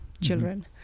children